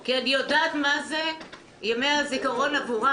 כי אני יודעת מה זה ימי הזיכרון עבורה